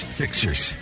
fixers